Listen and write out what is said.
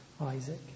isaac